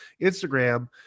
instagram